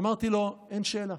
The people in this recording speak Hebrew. אמרתי לו: אין שאלה,